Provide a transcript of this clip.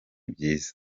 byiza